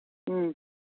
ꯎꯝ